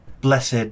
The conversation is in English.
Blessed